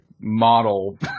model